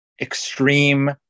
extreme